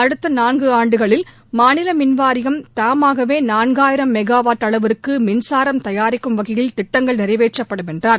அடுத்த நான்கு ஆண்டுகளில் மாநில மின்வாரியம் தாமாகவே நான்காயிரம் மெகாவாட் அளவுக்கு மின்சாரம் தயாரிக்கும் வகையில் திட்டங்கள் நிறைவேற்றப்படும் என்றார்